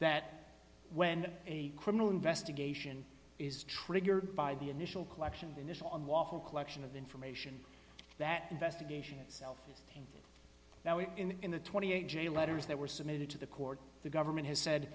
that when a criminal investigation is triggered by the initial collection it's on waffle collection of information that investigation itself now is in the twenty eight jail letters that were submitted to the court the government has said